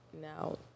now